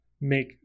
make